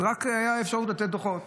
הייתה רק אפשרות לתת דוחות.